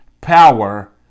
power